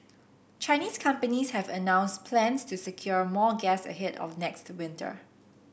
Chinese companies have announced plans to secure more gas ahead of next winter